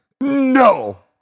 no